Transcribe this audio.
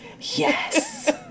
Yes